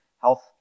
health